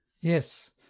yes